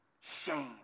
Shame